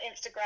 Instagram